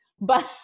but-